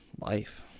life